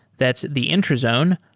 that's the intrazone,